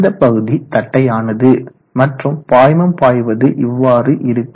இந்தப்பகுதி தட்டையானது மற்றும் பாய்மம் பாய்வது இவ்வாறு இருக்கும்